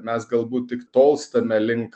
mes galbūt tik tolstame link